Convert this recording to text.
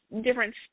different